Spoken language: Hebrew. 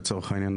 לצורך העניין,